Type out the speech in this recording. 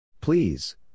Please